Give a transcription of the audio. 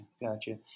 Gotcha